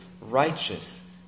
righteous